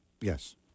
yes